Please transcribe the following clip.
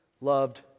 loved